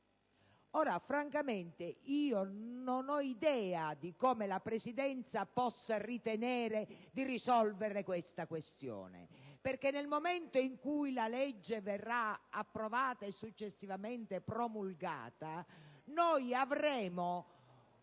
Ora, francamente non ho idea di come la Presidenza possa ritenere di risolvere tale questione perché, nel momento in cui la legge verrà approvata, e successivamente promulgata, avremo